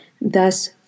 Thus